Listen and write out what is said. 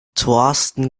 thorsten